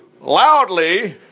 loudly